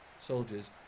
soldiers